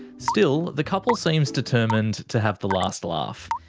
still, the couple seems determined to have the last laugh.